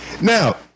Now